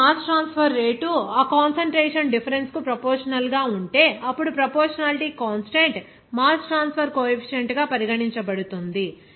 ఇప్పుడు మీ mass transfer rate ఆ కాన్సంట్రేషన్ డిఫరెన్స్ కు ప్రోపోర్షనల్ గా ఉంటే అప్పుడు proportionality constant mass transfer coefficient గా పరిగణించబడుతుంది